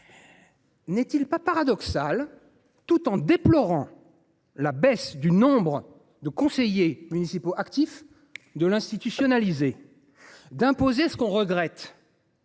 n’est il pas paradoxal, tout en déplorant la baisse du nombre de conseillers municipaux actifs, de l’institutionnaliser et d’imposer ce que l’on regrette ?